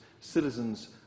citizens